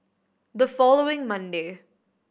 the following Monday